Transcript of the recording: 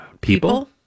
People